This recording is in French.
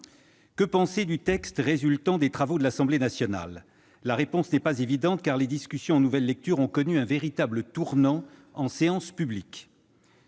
Que penser du texte résultant des travaux de l'Assemblée nationale ? La réponse n'est pas évidente, car les discussions en nouvelle lecture ont connu un véritable tournant en séance publique.